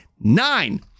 nine